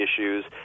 issues